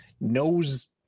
knows